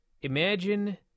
Imagine